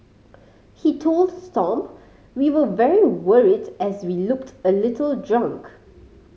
he told Stomp we were very worried as he looked a little drunk